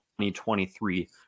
2023